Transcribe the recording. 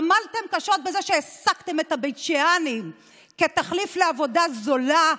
עמלתם קשות בזה שהעסקתם את הבית שאנים כתחליף לעבודה זולה,